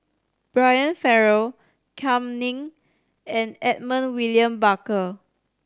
Brian Farrell Kam Ning and Edmund William Barker